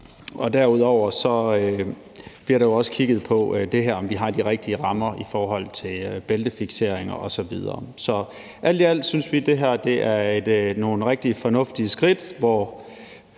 Derudover bliver der jo også kigget på det her med, om vi har de rigtige rammer i forhold til bæltefikseringer osv. Så alt i alt synes vi det her er nogle rigtig fornuftige skridt,